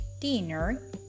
dinner